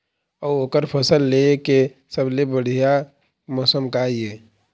अऊ ओकर फसल लेय के सबसे बढ़िया मौसम का ये?